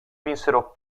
vinsero